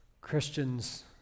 Christians